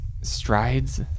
strides